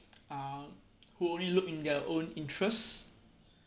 uh who only look in their own interest